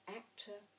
actor